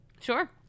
sure